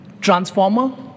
transformer